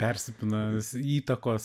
persipina s įtakos